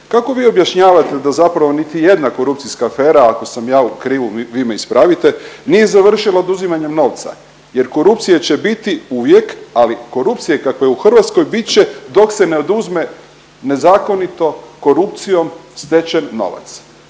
Kako vi objašnjavate da zapravo niti jedna korupcijska afera ako sam ja u krivu vi me ispravite nije završila oduzimanjem novca, jer korupcije će biti uvijek. Ali korupcije kakva je Hrvatskoj bit će dok se ne oduzme nezakonito korupcijom stečen novac.